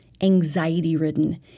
anxiety-ridden